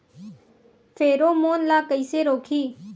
Pheromone ला कइसे रोकही?